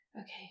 Okay